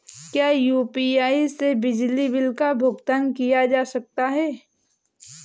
क्या यू.पी.आई से बिजली बिल का भुगतान किया जा सकता है?